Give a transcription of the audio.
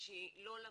שהיא לא למדה,